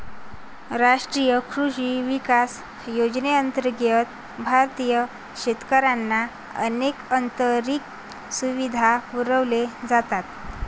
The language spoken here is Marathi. राष्ट्रीय कृषी विकास योजनेअंतर्गत भारतीय शेतकऱ्यांना अनेक अतिरिक्त सुविधा पुरवल्या जातात